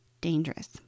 dangerous